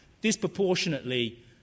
disproportionately